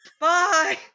Bye